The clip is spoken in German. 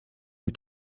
mit